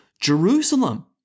Jerusalem